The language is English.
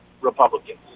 Republicans